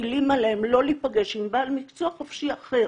מטילים עליהם לא להיפגש עם בעל מקצוע חופשי אחר